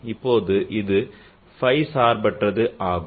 இப்போது இது phi சார்பற்றது ஆகும்